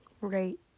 right